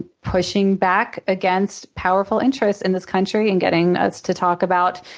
pushing back against powerful interests in this country and getting us to talk about